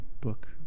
book